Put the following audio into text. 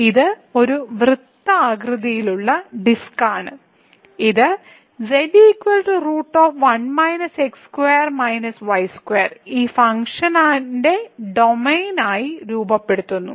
ഇത് ഒരു വൃത്താകൃതിയിലുള്ള ഡിസ്കാണ് ഇത് ഫംഗ്ഷനായി ഡൊമെയ്ൻ രൂപപ്പെടുത്തുന്നു